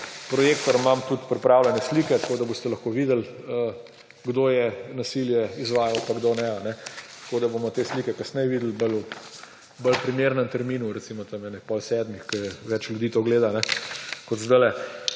projektor, imam tudi pripravljene slike, tako da boste lahko videli, kdo je nasilje izvajal, pa kdo ne. Bomo te slike kasneje videli, ob bolj primernem terminu, recimo tam okrog pol sedmih, ko več ljudi to gleda kot zdajle.